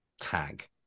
tag